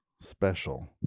special